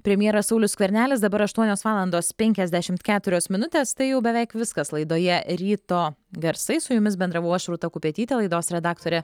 premjeras saulius skvernelis dabar aštuonios valandos penkiasdešimt keturios minutės tai jau beveik viskas laidoje ryto garsai su jumis bendravau aš rūta kupetytė laidos redaktorė